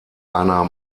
einer